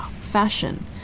fashion